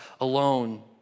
alone